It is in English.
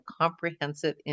Comprehensive